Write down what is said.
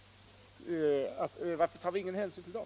Varför tar vi ingen hänsyn till dem?